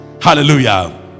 Hallelujah